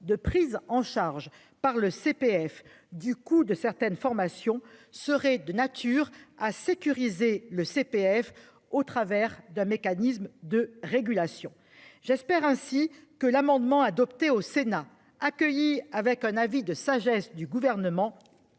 de prise en charge par le CPF du coup de certaines formations seraient de nature à sécuriser le CPF, au travers d'un mécanisme de régulation j'espère ainsi que l'amendement adopté au Sénat accueillie avec un avis de sagesse du gouvernement.